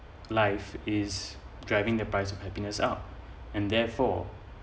life is driving the price of happiness out and therefore